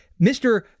Mr